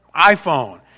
iPhone